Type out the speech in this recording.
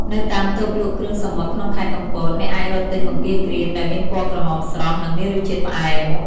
នៅតាមតូបលក់គ្រឿងសមុទ្រក្នុងខេត្តកំពត អ្នកអាចរកទិញបង្គាក្រៀមដែលមានពណ៌ក្រហមស្រស់ និងមានរសជាតិផ្អែម។